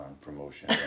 promotion